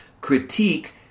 critique